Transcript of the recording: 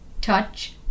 touch